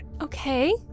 Okay